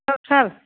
औ सार